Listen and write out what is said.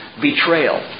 betrayal